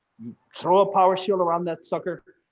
throw a power shield around that sucker.